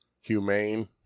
humane